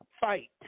Fight